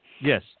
Yes